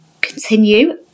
continue